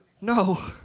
No